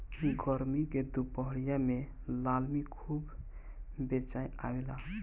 गरमी के दुपहरिया में लालमि खूब बेचाय आवेला